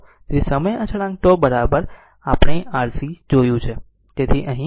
તેથી સમય અચળાંક છે τ આપણે RC જોયું છે